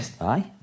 Aye